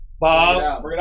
Bob